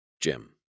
Jim